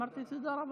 אמרתי "תודה רבה".